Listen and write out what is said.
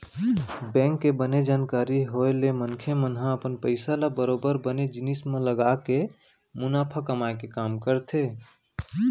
bank के बने जानकारी होय ले मनखे मन ह अपन पइसा ल बरोबर बने जिनिस म लगाके मुनाफा कमाए के काम करथे